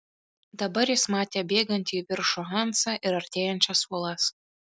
dabar jis matė bėgantį į viršų hansą ir artėjančias uolas